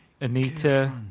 Anita